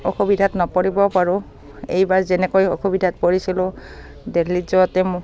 অসুবিধাত নপৰিব পাৰোঁ এইবাৰ যেনেকৈ অসুবিধাত পৰিছিলোঁ দেল্হিত যোৱাতে মো